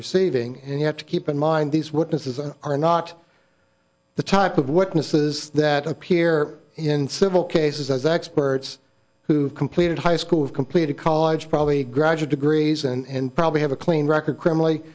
receiving and you have to keep in mind these witnesses are not the type of witnesses that appear in civil cases as experts who've completed high school have completed college probably graduate degrees and probably have a clean record criminally